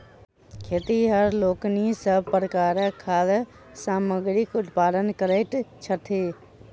खेतिहर लोकनि सभ प्रकारक खाद्य सामग्रीक उत्पादन करैत छथि